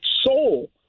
soul